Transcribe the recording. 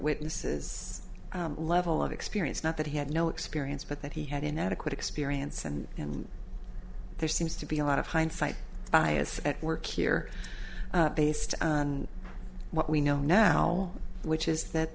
witnesses level of experience not that he had no experience but that he had inadequate experience and and there seems to be a lot of hindsight bias at work here based on what we know now which is that